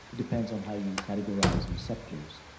it depends on how you categorize receptors.